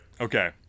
Okay